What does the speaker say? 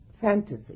fantasy